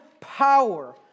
power